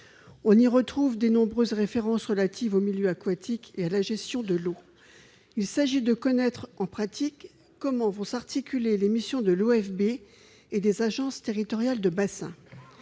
On y retrouve de nombreuses références relatives aux milieux aquatiques et à la gestion de l'eau. Il s'agit de savoir, en pratique, comment vont s'articuler les missions de l'OFB et celles des agences territoriales de bassin.